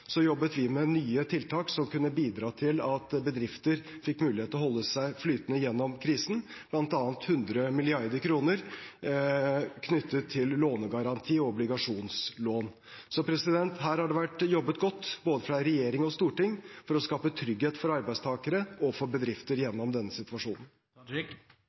så jobbet vi med nye tiltak som kunne bidra til at bedrifter fikk mulighet til å holde seg flytende gjennom krisen, bl.a. 100 mrd. kr knyttet til lånegaranti og obligasjonslån. Her har det vært jobbet godt fra både regjering og storting for å skape trygghet for arbeidstakere og for bedrifter